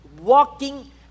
Walking